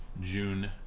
June